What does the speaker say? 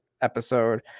episode